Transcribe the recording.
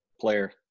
player